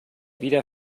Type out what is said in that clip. wieder